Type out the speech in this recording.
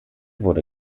wurde